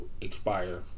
expire